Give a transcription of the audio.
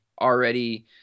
already –